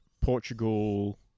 Portugal